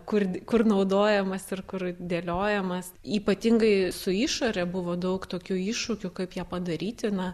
kur kur naudojamas ir kur dėliojamas ypatingai su išore buvo daug tokių iššūkių kaip ją padaryti na